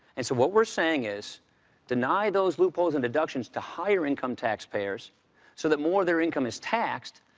and so what we're saying is deny those loopholes and deductions to higher income taxpayers so that more of their income is taxed,